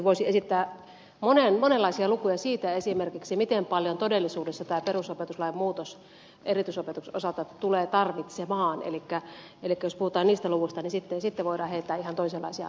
voisin esittää monenlaisia lukuja siitä esimerkiksi miten paljon todellisuudessa tämä perusopetuslain muutos erityisopetuksen osalta tulee tarvitsemaan elikkä jos puhutaan niistä luvuista niin sitten voidaan heittää ihan toisenlaisia numeroita kehiin